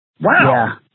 Wow